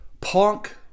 Punk